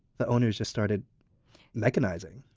the owners just started mechanizing?